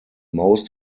most